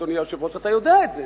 אדוני היושב-ראש, אתה יודע את זה.